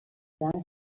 heavily